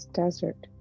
desert